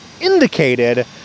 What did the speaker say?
indicated